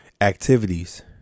activities